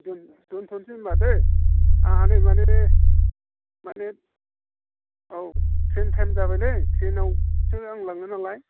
दोन दोन्थ'नोसै होमब्ला दै आंहा नै माने माने औ ट्रेन टाइम जाबायलै ट्रेनावसो आं लाङो नालाय